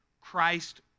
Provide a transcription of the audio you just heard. Christ